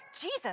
Jesus